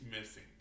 missing